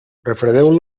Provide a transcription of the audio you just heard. refredeu